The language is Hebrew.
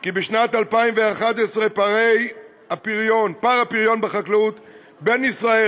כי בשנת 2011 פער הפריון בחקלאות בין ישראל